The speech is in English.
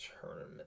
tournament